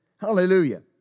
Hallelujah